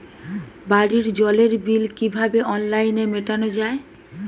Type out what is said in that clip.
বাড়ির জলের বিল কিভাবে অনলাইনে মেটানো যায়?